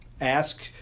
ask